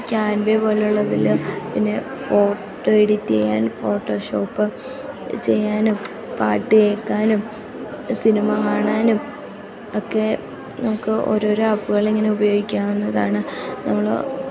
Canva പോലെയുള്ളതിൽ പിന്നെ photo edit ചെയ്യാൻ ഫോട്ടോഷോപ്പ് ചെയ്യാനും പാട്ട് കേൾക്കാനും സിനിമ കാണാനും ഒക്കെ നമുക്ക് ഓരോരോ ആപ്പുകളിങ്ങനെ ഉപയോഗിയ്ക്കാവുന്നതാണ് നമ്മൾ